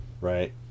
Right